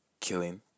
killing